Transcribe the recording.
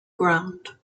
ground